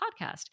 podcast